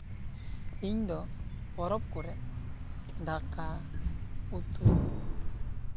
ᱤᱧ ᱫᱚ ᱯᱚᱨᱚᱵᱽ ᱠᱚᱨᱮᱜ ᱫᱟᱠᱟ ᱩᱛᱩ